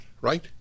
right